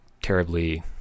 terribly